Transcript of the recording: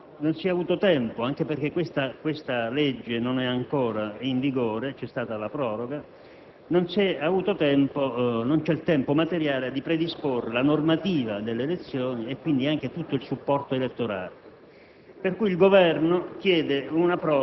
non si è avuto tempo - anche perché questa legge non è ancora in vigore, c'è stata la proroga - e non c'è il tempo materiale per predisporre la normativa relativa alle elezioni e quindi anche tutto il supporto elettorale.